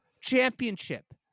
championship